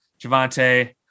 Javante